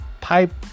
pipe